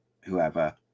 whoever